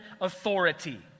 authority